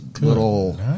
little